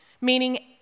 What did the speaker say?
meaning